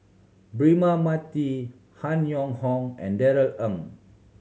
Braema Mathi Han Yong Hong and Darrell Ang